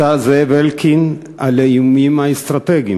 השר זאב אלקין, לאיומים האסטרטגיים,